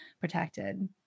protected